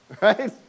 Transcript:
Right